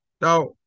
Now